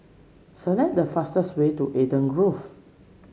select the fastest way to Eden Grove